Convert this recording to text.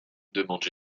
demande